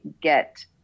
get